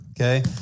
okay